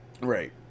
Right